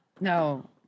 No